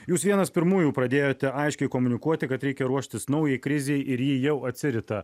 jūs vienas pirmųjų pradėjote aiškiai komunikuoti kad reikia ruoštis naujai krizei ir ji jau atsirita